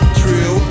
true